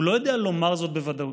הוא לא יודע לומר זאת בוודאות.